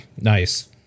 nice